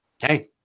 hey